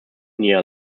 near